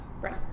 Right